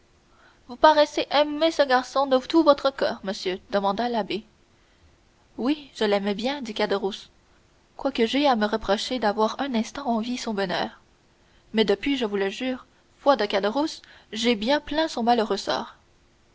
vous paraissez aimer ce garçon de tout votre coeur monsieur demanda l'abbé oui je l'aimais bien dit caderousse quoique j'aie à me reprocher d'avoir un instant envié son bonheur mais depuis je vous le jure foi de caderousse j'ai bien plaint son malheureux sort